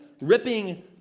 ripping